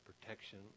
protection